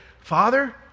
Father